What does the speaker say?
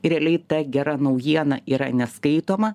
realiai ta gera naujiena yra neskaitoma